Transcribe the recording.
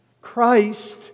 Christ